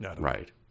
Right